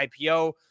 ipo